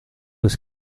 was